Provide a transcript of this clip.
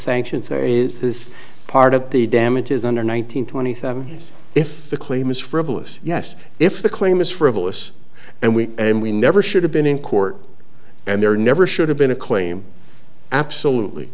sanctions or is this part of the damages under one nine hundred twenty seven s if the claim is frivolous yes if the claim is frivolous and we and we never should have been in court and there never should have been a claim absolutely